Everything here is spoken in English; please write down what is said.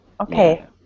Okay